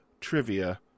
Trivia